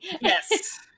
Yes